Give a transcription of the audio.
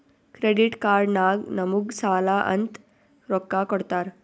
credit card ನಾಗ್ ನಮುಗ್ ಸಾಲ ಅಂತ್ ರೊಕ್ಕಾ ಕೊಡ್ತಾರ್